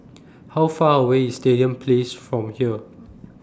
How Far away IS Stadium Place from here